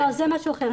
לא, זה משהו אחר.